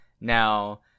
Now